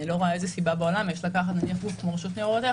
אני לא רואה איזו סיבה יש לקחת גוף כמו רשות ניירות ערך